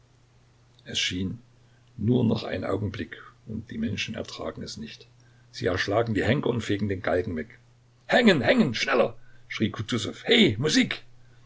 es schien nur noch ein augenblick und die menschen ertragen es nicht sie erschlagen die henker und fegen den galgen weg hängen hängen schneller schrie